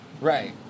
right